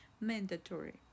mandatory